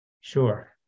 Sure